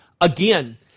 Again